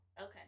Okay